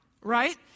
right